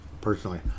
personally